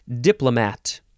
Diplomat